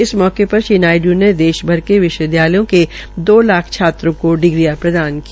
इस मौके पर श्री नायडू ने देश भर के विश्वविद्यालयों के दो लाख दात्रों को डिग्रीयां प्रदान की